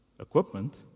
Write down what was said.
equipment